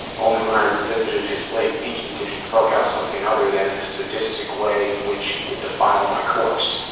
only when i revisited his flayed pinkie did he croak out something other than a sadistic way in which he would defile my corpse.